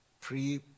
pre